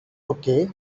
okay